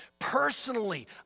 Personally